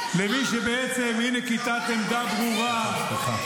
איזה תיאור מגעיל.